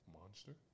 Monster